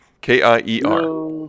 K-I-E-R